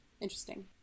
interesting